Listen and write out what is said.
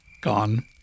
gone